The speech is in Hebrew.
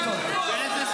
אותן.